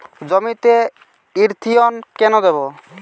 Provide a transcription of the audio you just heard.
জমিতে ইরথিয়ন কেন দেবো?